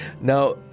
Now